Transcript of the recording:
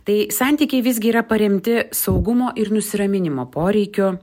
tai santykiai visgi yra paremti saugumo ir nusiraminimo poreikiu